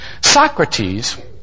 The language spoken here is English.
Socrates